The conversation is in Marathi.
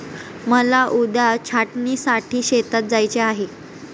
मला उद्या छाटणीसाठी शेतात जायचे आहे